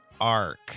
Ark